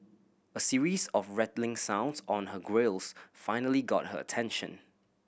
a series of rattling sounds on her grilles finally got her attention